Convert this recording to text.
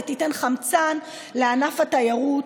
ותיתן חמצן לענף התיירות.